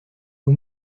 aux